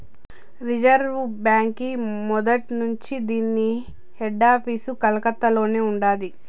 reserve బాంకీ మొదట్నుంచీ దీన్ని హెడాపీసు కలకత్తలోనే ఉండాది